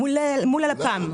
מול הלפ"ם.